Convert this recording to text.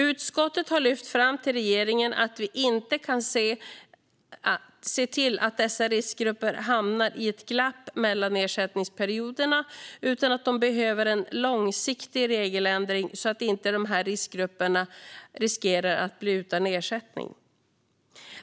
Utskottet har lyft fram till regeringen att de i riskgrupp inte får hamna i ett glapp mellan ersättningsperioderna utan att det behövs en långsiktig regeländring så att inte de i riskgrupp riskerar att bli utan ersättning.